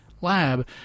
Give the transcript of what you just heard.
lab